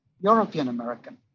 European-American